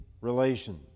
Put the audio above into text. relations